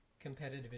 competitive